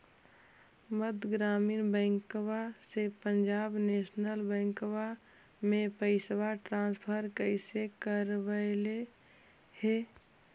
मध्य ग्रामीण बैंकवा से पंजाब नेशनल बैंकवा मे पैसवा ट्रांसफर कैसे करवैलीऐ हे?